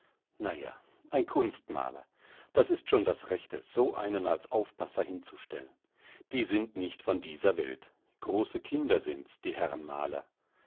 ja ein kunstmaler das ist schon das rechte so einen als aufpasser hinzustellen die sind nicht von dieser welt große kinder sind's die herren maler